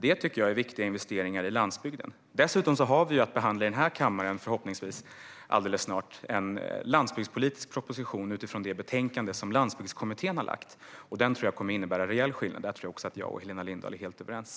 Det tycker jag är viktiga investeringar i landsbygden. Dessutom har vi att behandla i den här kammaren, förhoppningsvis alldeles snart, en landsbygdspolitisk proposition utifrån den betänkande som Landsbygdskommittén har lagt fram. Den tror jag kommer att innebära en rejäl skillnad. Där tror jag att Helena Lindahl och jag är helt överens.